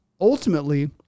ultimately